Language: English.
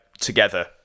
together